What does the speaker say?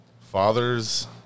father's